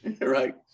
Right